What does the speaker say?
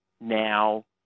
now